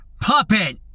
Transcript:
puppet